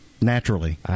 Naturally